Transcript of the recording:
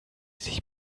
sich